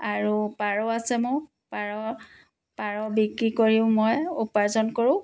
আৰু পাৰ আছে মোৰ পাৰ পাৰ বিক্ৰী কৰিও মই উপাৰ্জন কৰোঁ